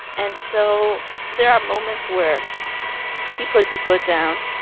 and so there are moments where he puts his foot down,